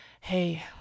Hey